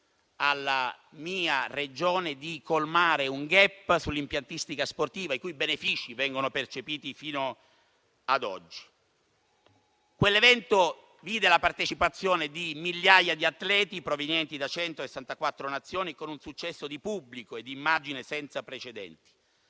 alla mia Regione di colmare un *gap* sull'impiantistica sportiva, i cui benefici vengono percepiti fino ad oggi. Quell'evento vide la partecipazione di migliaia di atleti provenienti da 164 Nazioni, con un successo di pubblico e di immagine senza precedenti.